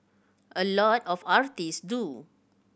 a lot of artists do